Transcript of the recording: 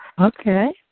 Okay